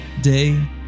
day